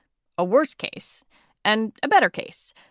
a worst case and a better case.